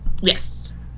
Yes